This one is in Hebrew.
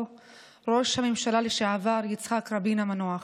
ראש הממשלה לשעבר יצחק רבין המנוח.